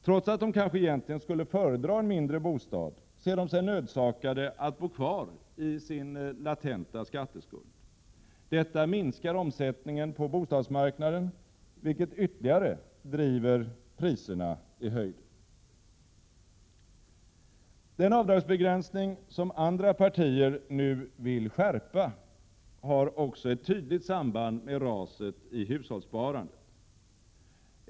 Trots att de kanske egentligen skulle föredra en mindre bostad, ser de sig nödsakade att bo kvar i sin latenta skatteskuld. Detta minskar omsättningen på bostadsmarknaden, vilket ytterligare driver priserna i höjden. Den avdragsbegränsning som andra partier nu vill skärpa har också ett tydligt samband med raset i hushållssparandet.